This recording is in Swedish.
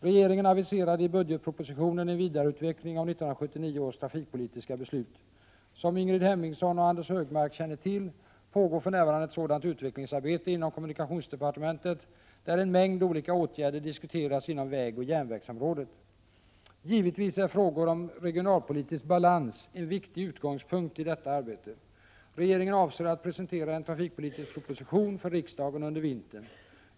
Regeringen aviserade i budgetpropositionen en vidareutveckling av 1979 års trafikpolitiska beslut. Som Ingrid Hemmingsson och Anders G Högmark känner till pågår för närvarande ett sådant utvecklingsarbete inom kommunikationsdepartementet, där en mängd olika åtgärder diskuteras inom vägoch järnvägsområdet. Givetvis är frågor om regionalpolitisk balans en viktig utgångspunkt i detta arbete. Regeringen avser att presentera en trafikpolitisk proposition för riksdagen under vintern.